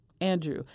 andrew